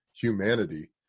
humanity